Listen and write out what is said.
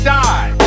die